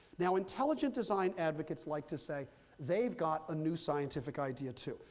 now intelligent design advocates like to say they've got a new scientific idea, too.